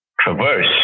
traverse